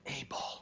able